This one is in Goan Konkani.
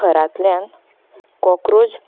घरांतल्यान कोक्रोच